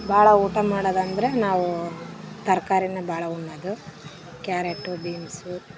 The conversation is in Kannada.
ಭಾಳ ಊಟ ಮಾಡೋದಂದ್ರೆ ನಾವು ತರ್ಕಾರಿ ಭಾಳ ಉಣ್ಣೋದು ಕ್ಯಾರೇಟು ಬೀನ್ಸು